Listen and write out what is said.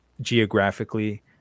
geographically